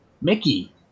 mickey